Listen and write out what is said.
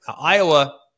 Iowa